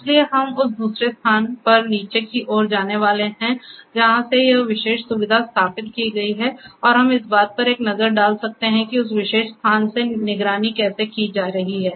इसलिए हम उस दूसरे स्थान पर नीचे की ओर जाने वाले हैं जहाँ से यह विशेष सुविधा स्थापित की गई है और हम इस बात पर एक नज़र डाल सकते हैं कि उस विशेष स्थान से निगरानी कैसे की जा रही है